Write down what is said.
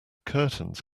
curtains